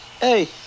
hey